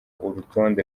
urutonde